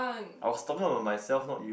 I was talking about myself not you